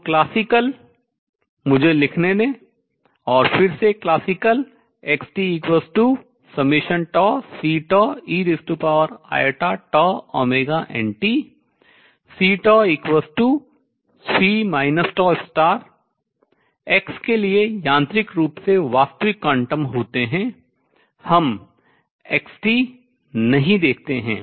तो classical शास्त्रीय मुझे लिखने दें और फिर से classical शास्त्रीय xtCeiτωt C C τ x के लिए यांत्रिक रूप से वास्तविक क्वांटम होते हैं हम xt नहीं देखते हैं